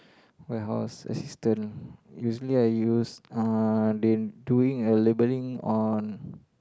warehouse assistant usually I use uh they doing a labelling on